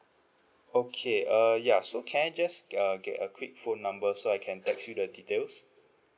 okay err yeah so can I just uh get a quick phone numbers so I can text you the details